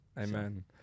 Amen